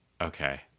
okay